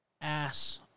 ass